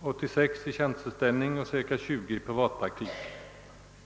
86 i tjänsteställning och ca 20 i privatpraktik.